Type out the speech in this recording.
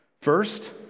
First